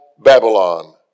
Babylon